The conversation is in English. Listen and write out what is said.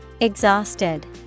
Exhausted